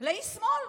לאיש שמאל,